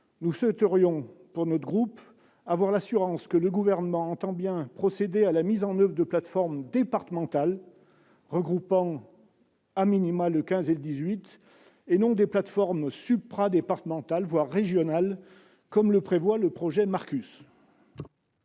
groupe souhaite obtenir l'assurance que le Gouvernement entend bien procéder à la mise en oeuvre de plateformes départementales, regroupant le 15 et le 18, et non de plateformes supradépartementales, voire régionales, comme le prévoit le projet Marcus.